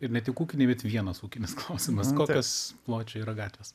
ir ne tik ūkiniai bet vienas ūkinis klausimas kokios pločio yra gatvės